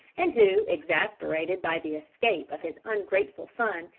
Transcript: and who, exasperated by the escape of his ungrateful son,